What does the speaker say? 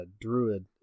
druid